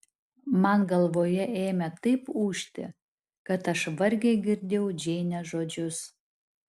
man galvoje ėmė taip ūžti kad aš vargiai girdėjau džeinės žodžius